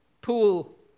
pool